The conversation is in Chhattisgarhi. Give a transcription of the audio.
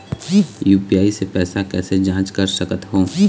यू.पी.आई से पैसा कैसे जाँच कर सकत हो?